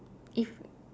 if